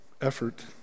effort